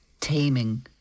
Taming